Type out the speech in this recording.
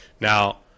Now